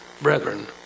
brethren